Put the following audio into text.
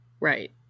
Right